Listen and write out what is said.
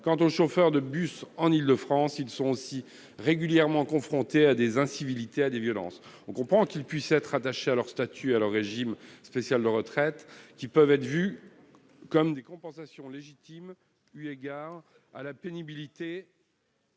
que les chauffeurs de bus en Île-de-France sont régulièrement confrontés à des incivilités et à des violences. On comprend donc qu'ils puissent être attachés à leur statut et à leur régime spécial de retraites, qui peuvent être vus comme des compensations légitimes eu égard à la pénibilité